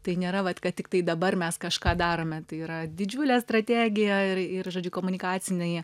tai nėra vat kad tiktai dabar mes kažką darome tai yra didžiulė strategija ir ir žodžiu komunikaciniai